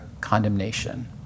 condemnation